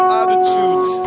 attitudes